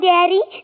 Daddy